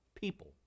people